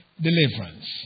deliverance